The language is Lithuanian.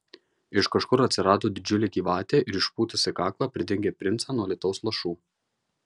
iš kažkur atsirado didžiulė gyvatė ir išpūtusi kaklą pridengė princą nuo lietaus lašų